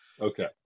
Okay